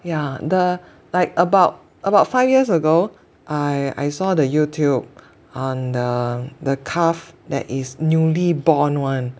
yeah the like about about five years ago I I saw the Youtube on the the calf that is newly born [one]